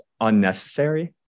unnecessary